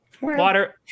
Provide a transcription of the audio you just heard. Water